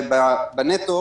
ובנטו